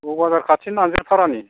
क'क्राझार खाथि नारजिरिपारानि